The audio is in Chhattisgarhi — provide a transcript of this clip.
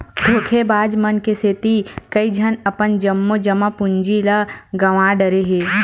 धोखेबाज मन के सेती कइझन अपन जम्मो जमा पूंजी ल गंवा डारे हे